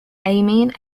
amine